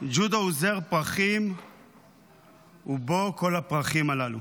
ג'ודו הוא זר פרחים ובו כל הפרחים הללו.